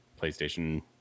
PlayStation